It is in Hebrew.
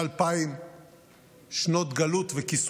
ועוד אחת, ועוד אחת.